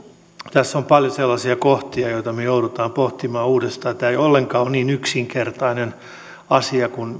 tässä on paljon sellaisia kohtia joita me joudumme pohtimaan uudestaan tämä ei ollenkaan ole niin yksinkertainen asia kuin